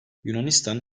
yunanistan